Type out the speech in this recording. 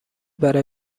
برای